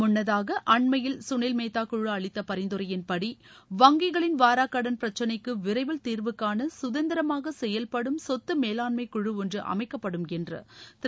முன்னதாக அண்மையில் சுனில் மேத்தா குழு அளித்த பரிந்துரையின்படி வங்கிகளின் வாராக் கடன் பிரச்னைக்கு விரைவில் தீர்வுகாண குதந்திரமாக செயல்படும் சொத்து மேலாண்மைக் குழு ஒன்று அமைக்கப்படும் என்று திரு